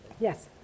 yes